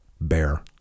bear